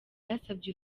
yasabye